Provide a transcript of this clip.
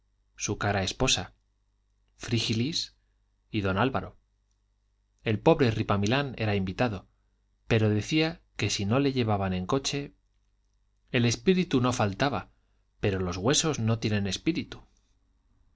su cara esposa frígilis y don álvaro el pobre ripamilán era invitado pero decía que si no le llevaban en coche el espíritu no faltaba pero los huesos no tienen espíritu